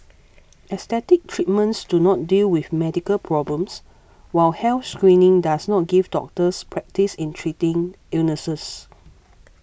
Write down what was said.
aesthetic treatments do not deal with medical problems while health screening does not give doctors practice in treating illnesses